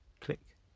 Click